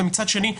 ומצד שני,